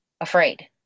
afraid